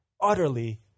utterly